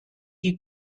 die